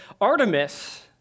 Artemis